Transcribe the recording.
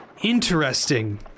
interesting